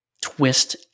Twist